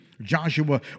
Joshua